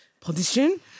position